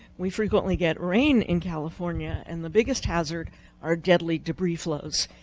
we frequently get rain in california. and the biggest hazard are deadly debris flows.